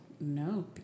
no